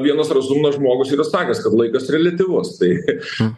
vienas razumnas žmogus yra sakęs kad laikas reliatyvus tai